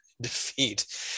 defeat